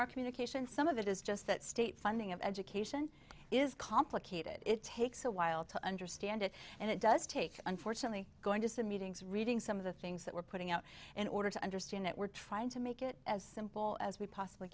our communication some of it is just that state funding of education is complicated it takes a while to understand it and it does take unfortunately going to meetings reading some of the things that we're putting out in order to understand that we're trying to make it as simple as we possibly